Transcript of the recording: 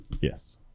Yes